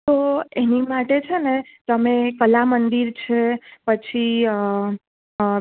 તો એની માટે છે ને તમે કલા મંદિર છે પછી